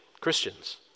Christians